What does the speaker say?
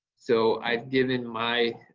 so i've given my